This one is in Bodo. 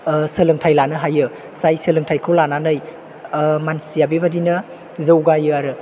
सोलोंथाइ लानो हायो जाय सोलोंथाइखौ लानानै मानसिया बेबायदिनो जौगायो आरो